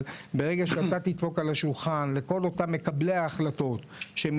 אבל ברגע שאתה תדפוק על השולחן לכל אותם מקבלי ההחלטות שהם